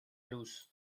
luz